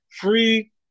free